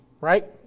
right